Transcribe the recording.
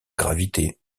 gravité